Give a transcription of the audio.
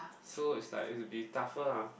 so is like it'll be tougher lah